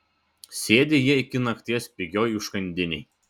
sėdi jie iki nakties pigioj užkandinėj